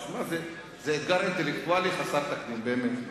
תשמע, זה אתגר אינטלקטואלי חסר תקדים, באמת.